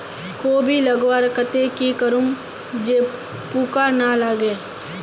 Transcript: कोबी लगवार केते की करूम जे पूका ना लागे?